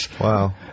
Wow